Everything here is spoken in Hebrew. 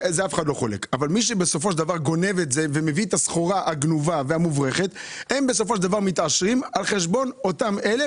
מי שבסופו של דבר מביא את הסחורה הגנובה והמוברחת מתעשר על חשבון אלה.